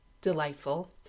delightful